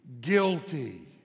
guilty